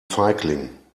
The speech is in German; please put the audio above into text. feigling